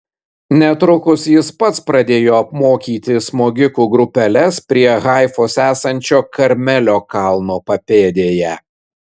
netrukus jis pats pradėjo apmokyti smogikų grupeles prie haifos esančio karmelio kalno papėdėje